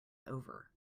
over